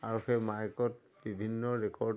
আৰু সেই মাইকত বিভিন্ন ৰেকৰ্ড